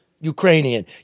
Ukrainian